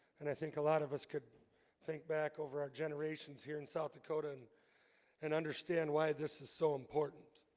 and i think a lot of us could think back over our generations here in south dakota, and and understand why this is so important